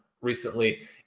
recently